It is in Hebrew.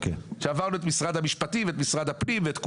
עברנו את משרד המשפטים, את משרד הפנים ואת כולם.